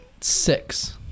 six